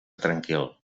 tranquil